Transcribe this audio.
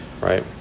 Right